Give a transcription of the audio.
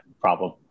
problem